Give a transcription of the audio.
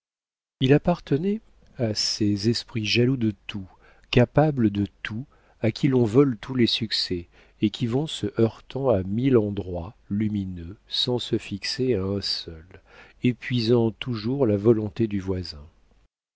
il appartenait à ces esprits jaloux de tout capables de tout à qui l'on vole tous les succès et qui vont se heurtant à mille endroits lumineux sans se fixer à un seul épuisant toujours la volonté du voisin